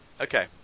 Okay